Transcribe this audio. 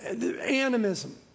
animism